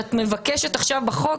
שאת מבקשת עכשיו בחוק,